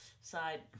Side